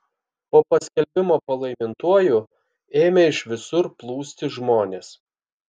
po paskelbimo palaimintuoju ėmė iš visur plūsti žmonės